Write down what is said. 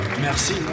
Merci